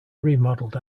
remodeled